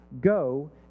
go